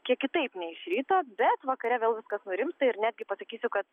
kiek kitaip nei iš ryto bet vakare vėl viskas nurimsta ir netgi pasakysiu kad